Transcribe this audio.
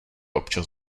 občas